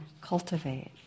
cultivate